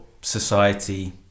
Society